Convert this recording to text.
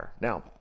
Now